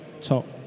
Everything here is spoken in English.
top